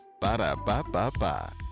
Ba-da-ba-ba-ba